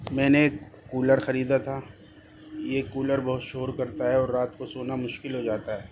میں نے ایک کولر خریدا تھا یہ کولر بہت شور کرتا ہے اور رات کو سونا مشکل ہو جاتا ہے